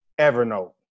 Evernote